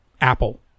Apple